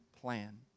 plan